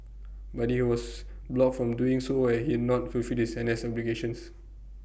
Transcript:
but he was blocked from doing so as he not fulfilled his N S obligations